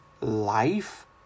life